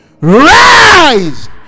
Rise